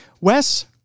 Wes